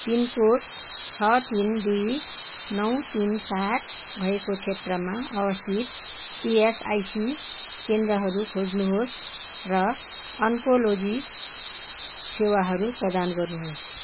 pin code छ तिन दुई नौ तिन सात भएको क्षेत्रमा अवस्थित इएसआइसी केन्द्रहरू खोज्नुहोस् र ओन्कोलोजी सेवाहरू प्रदान गर्नुहोस्